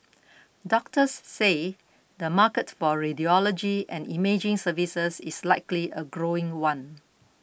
doctors say the market for radiology and imaging services is likely a growing one